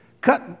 Cut